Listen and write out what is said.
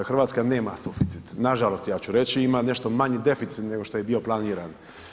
Hrvatska nema suficit, nažalost ja ću reći ima nešto manji deficit nego što je bio planiran.